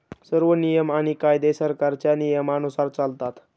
सर्व नियम आणि कायदे सरकारच्या नियमानुसार चालतात